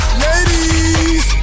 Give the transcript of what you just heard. ladies